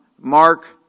Mark